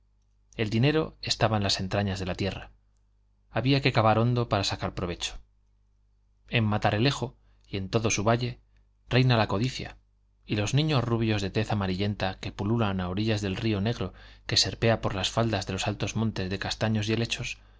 el dinero estaba en las entrañas de la tierra había que cavar hondo para sacar provecho en matalerejo y en todo su valle reina la codicia y los niños rubios de tez amarillenta que pululan a orillas del río negro que serpea por las faldas de los altos montes de castaños y helechos